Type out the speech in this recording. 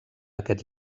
aquest